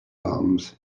arms